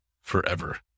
forever